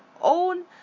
own